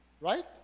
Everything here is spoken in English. Right